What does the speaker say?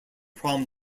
problems